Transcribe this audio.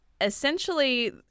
Essentially